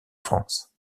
france